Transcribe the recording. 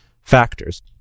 factors